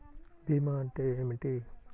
భీమా అంటే ఏమిటి?